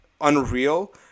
unreal